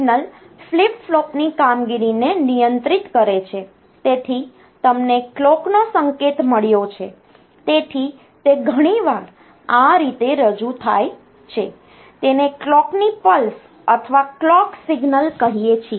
clock signal flip ફ્લોપની કામગીરીને નિયંત્રિત કરે છે તેથી તમને કલોકનો સંકેત મળ્યો છે તેથી તે ઘણીવાર આ રીતે રજૂ થાય છે તેને કલોકની પલ્સ અથવા કલોક સિગ્નલ કહીએ છીએ